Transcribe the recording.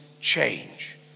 change